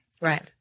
right